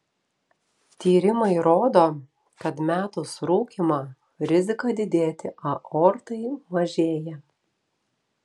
tyrimai rodo kad metus rūkymą rizika didėti aortai mažėja